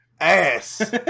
Ass